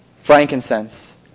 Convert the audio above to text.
frankincense